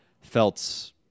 felt